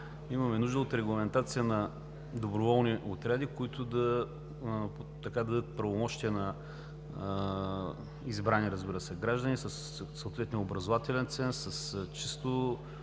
Имаме нужда от регламентация на доброволните отряди, които да дадат правомощия на избрани, разбира се, граждани със съответния образователен ценз, с чисто